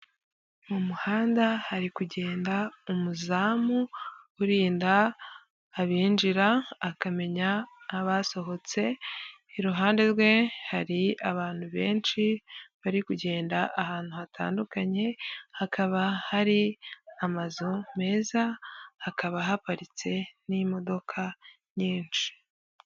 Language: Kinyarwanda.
Mu muhanda hari kugenda umuzamu urinda abinjira akamenya abasohotse, iruhande rwe hari abantu benshi bari kugenda ahantu hatandukanye hakaba hari amazu meza hakaba haparitse n'imodoka nyinshi.